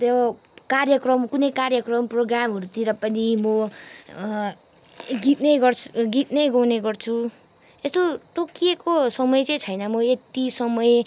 त्यो कार्यक्रम कुनै कार्यक्रम प्रोगामहरूतिर पनि म गीत नै गर्छु गीत नै गाउने गर्छु यस्तो तोकिएको समय चाहिँ छैन म यति समय